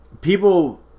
people